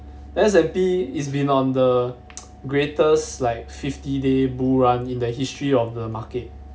S&P it's been on the greatest like fifty day bull run in the history of the market